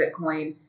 Bitcoin